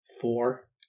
Four